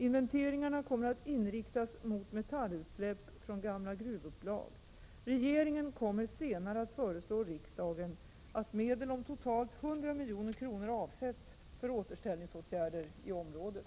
Inventeringarna kommer att inriktas mot metallutsläpp från gamla gruvupplag. Regeringen kommer senare att föreslå riksdagen att medel om totalt 100 milj.kr. avsätts för återställningsåtgärder i området.